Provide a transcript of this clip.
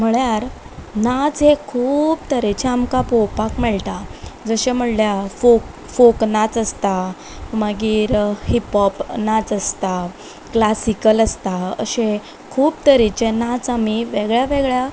म्हणल्यार नाच हे खूब तरेचे आमकां पळोवपाक मेळटात जशे म्हणल्यार फोक फोक नाच आसता मागीर हिपहॉप नाच आसता क्लासिकल आसता अशे खूब तरेचे नाच आमी वेगळ्या वेगळ्या